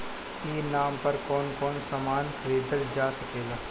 ई नाम पर कौन कौन समान खरीदल जा सकेला?